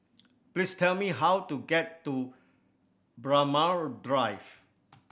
please tell me how to get to Braemar Drive